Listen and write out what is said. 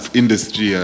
industry